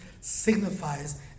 signifies